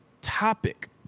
topic